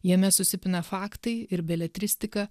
jame susipina faktai ir beletristika